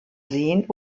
sehen